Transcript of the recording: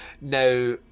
Now